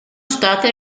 state